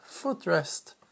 footrest